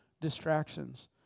distractions